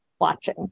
watching